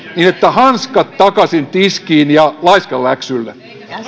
niin että hanskat takaisin käteen ja laiskanläksylle